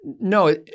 No